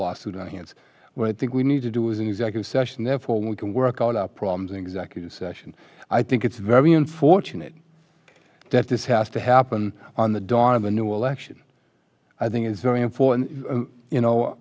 lawsuit on hands where i think we need to do is an executive session therefore we can work all our problems in executive session i think it's very unfortunate that this has to happen on the dawn of a new election i think it's very important